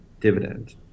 dividend